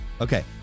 Okay